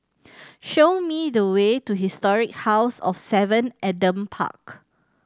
show me the way to Historic House of Seven Adam Park